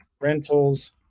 rentals